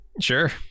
Sure